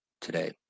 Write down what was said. today